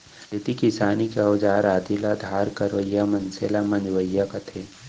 खेती किसानी के अउजार आदि ल धार करवइया मनसे ल मंजवइया कथें